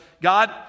God